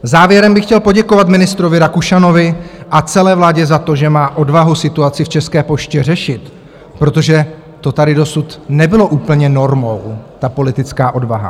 Závěrem bych chtěl poděkovat ministrovi Rakušanovi a celé vládě za to, že má odvahu situaci v České poště řešit, protože to tady dosud nebylo úplně normou, ta politická odvaha.